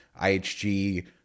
IHG